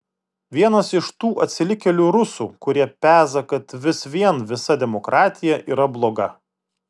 vienas iš tų atsilikėlių rusų kurie peza kad vis vien visa demokratija yra bloga